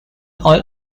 all